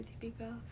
typical